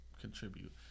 contribute